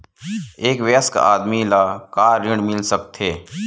एक वयस्क आदमी ल का ऋण मिल सकथे?